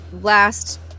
last